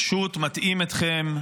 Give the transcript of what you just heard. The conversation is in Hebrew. פשוט מטעים אתכם.